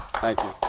thank you.